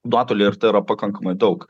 nuotolį ir tai yra pakankamai daug